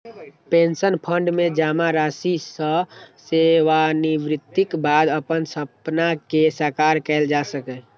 pension fund मे जमा राशि सं सेवानिवृत्तिक बाद अपन सपना कें साकार कैल जा सकैए